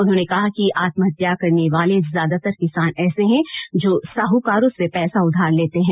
उन्होंने कहा कि आत्महत्या करने वाले ज्यादातर किसान ऐसे हैं जो साहूकारों से पैसा उधार लेते हैं